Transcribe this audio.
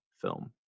film